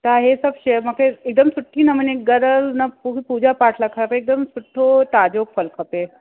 तव्हां हे सभु शइ मूंखे हिकदमि सुठी नमूने ॻरियल न पू पूॼा पाठ लाइ खपे हिकदमि सुठो ताज़ो फलु खपे